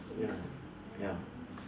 ya ya